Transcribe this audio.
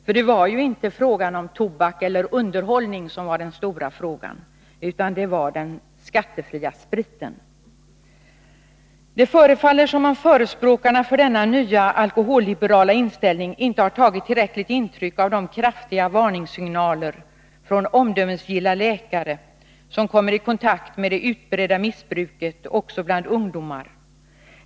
För det var inte tobak eller underhållning som var den stora frågan, utan det var den skattefria spriten. Det förefaller som om förespråkarna för denna nya alkoholliberala inställning inte har tagit tillräckligt intryck av de kraftiga varningssignalerna från omdömesgilla läkare som kommer i kontakt med det utbredda missbruket också bland ungdomar.